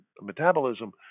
metabolism